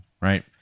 right